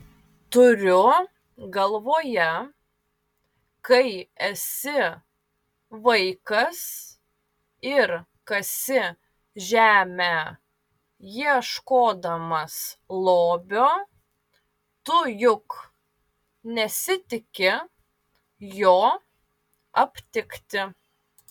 turiu galvoje kai esi vaikas ir kasi žemę ieškodamas lobio tu juk nesitiki jo aptikti